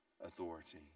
authority